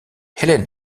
helen